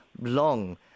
long